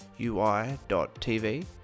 UI.tv